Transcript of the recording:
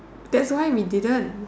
that's why we didn't